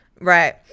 right